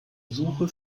suche